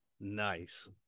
Nice